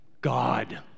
God